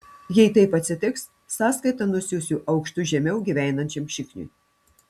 jei taip atsitiks sąskaitą nusiųsiu aukštu žemiau gyvenančiam šikniui